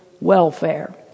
welfare